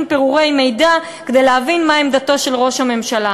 פירורי מידע כדי להבין מה עמדתו של ראש הממשלה.